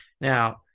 Now